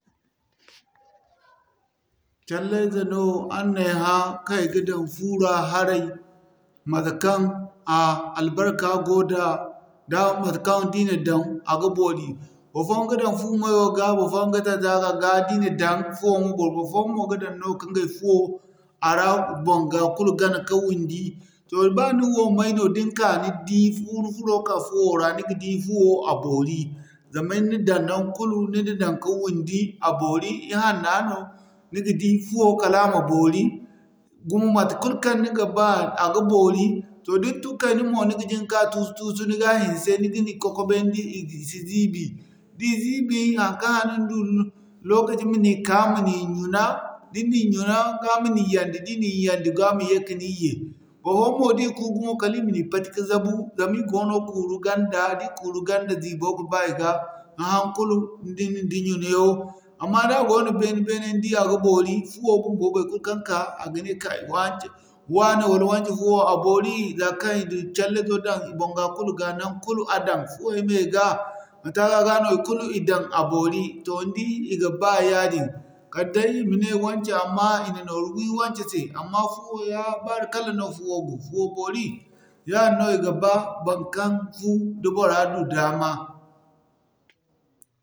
Callayze no araŋ na ay hã kaŋ i ga daŋ fu ra haray, matekaŋ a albarka go da, da matekaŋ da i na daŋ a ga boori. Barfoyaŋ ga daŋ fu mayo ga, barfoyaŋ ga daŋ taga ga, di na daŋ fuwo ma boori barfoyaŋ mo ga daŋ no ka ɲgay fuwo a ra, bonŋga kulu gana ka wundi. Toh ba nin wo may no da ni ka ni di ni furo ka'ka fuwo ra ni di fuwo a boori. Zama ni na daŋ naŋgu kulu, ni na daŋ ka wundi a boori, i hanna no, ni ga di fuwo kala a ma boori gumo mate kul kaŋ ni ga ba a ga boori. Toh da ni tun kay nin mo ni ga jin ka tuusu-tuusu ka hinse, ni ga ni kwakwabe ni di i si ziibi. Da i ziibi haŋkaŋ hane ni du lokaci ma ni ka ma ni ɲuna, da ni'ni ɲuna, ga ma ni yandi ga ma ye kani ye. Barfoyaŋ mo da i kwagu kala i ma ni pati ka zabu zama i goono kuuru ganda, da i kuuru ganda ziibo ga ba i ga da hana kulu, ni di nidin ɲunayŋo, amma da goono beene-beene ni di a ga boori. Fuwo bumbo baikulu kaŋ ka, a ga ne waane wala wance fuwo a boori, za kaŋ i du callaizo daŋ boŋga kulu ga naŋ kulu a daŋ fuway mey ga, da taga ga no ikulu i daŋ a boori toh ni di, i ga ba yaadin. Kala day i ma ne wance amma i na nooru wi wance se amma fuwo ya, barikalla no fuwo go, fuwo boori yaadin no i ga ba baŋkaŋ fu da bora du daama.